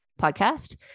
podcast